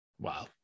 Wow